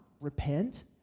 repent